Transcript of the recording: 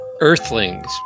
Earthlings